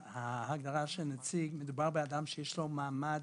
ההגדרה של "נציג" מדובר באדם שיש לו מעמד